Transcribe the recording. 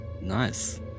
nice